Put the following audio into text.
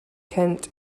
kent